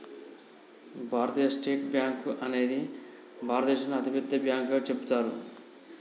భారతీయ state bank అనేది భారతదేశంలోనే అతిపెద్ద బ్యాంకుగా చెబుతారు